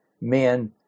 men